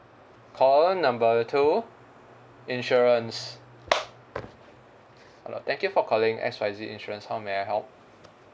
call number two insurance uh thank you for calling X Y Z insurance how may I help